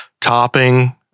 topping